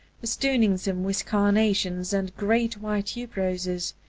festooning them with carnations and great white tube roses,